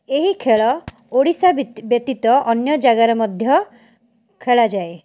ଏହି ଖେଳ ଓଡ଼ିଶା ବ୍ୟତୀତ ଅନ୍ୟଜାଗାରେ ମଧ୍ୟ ଖେଳାଯାଏ